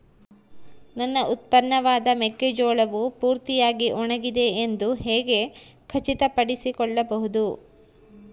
ನನ್ನ ಉತ್ಪನ್ನವಾದ ಮೆಕ್ಕೆಜೋಳವು ಪೂರ್ತಿಯಾಗಿ ಒಣಗಿದೆ ಎಂದು ಹೇಗೆ ಖಚಿತಪಡಿಸಿಕೊಳ್ಳಬಹುದು?